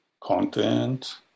content